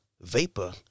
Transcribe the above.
vapor